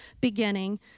beginning